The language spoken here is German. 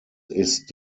ist